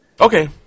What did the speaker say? Okay